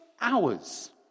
hours